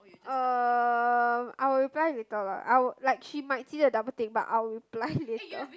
uh I'll reply later lah I'll like she might see the double tick but I'll reply later